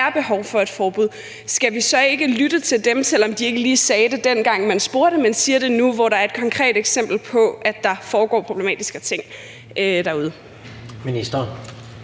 der er behov for et forbud, skal vi så ikke lytte til dem, selv om de ikke lige sagde det, dengang man spurgte, men siger det nu, hvor der er et konkret eksempel på, at der foregår problematiske ting derude? Kl.